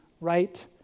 right